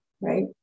Right